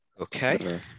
Okay